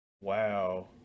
Wow